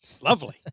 Lovely